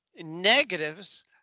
negatives